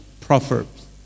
Proverbs